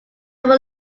were